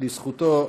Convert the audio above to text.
לזכותו,